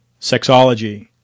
sexology